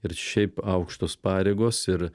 ir šiaip aukštos pareigos ir